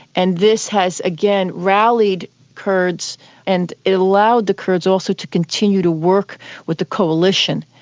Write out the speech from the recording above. and this has, again, rallied kurds and allowed the kurds also to continue to work with the coalition,